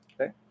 okay